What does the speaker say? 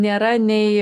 nėra nei